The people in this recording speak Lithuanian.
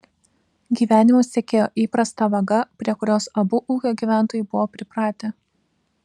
gyvenimas tekėjo įprasta vaga prie kurios abu ūkio gyventojai buvo pripratę